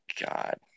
god